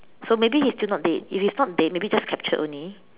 so maybe he's still not dead if he's not dead maybe just captured only